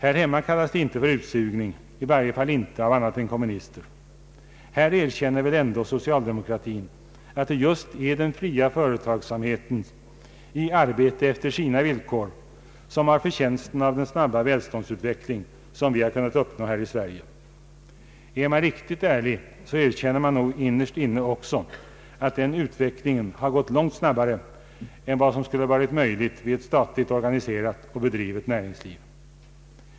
Här hemma kallas det inte för utsugning; i varje fall inte av andra än kommunister. Här erkänner väl ändå socialdemokratin att det just är den fria företagsamheten i arbete efter sina villkor som har förtjänsten av den snabba välståndsutveckling som vi har kunnat uppnå i Sverige. Är man riktigt ärlig, så erkänner man nog innerst inne också att den utvecklingen gått långt snabbare än vad som hade varit möjligt med ett statligt organiserat och bedrivet näringsliv.